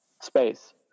space